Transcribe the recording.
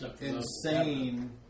insane